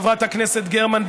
חברת הכנסת גרמן,